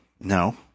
No